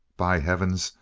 by heavens,